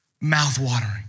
mouth-watering